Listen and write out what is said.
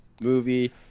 movie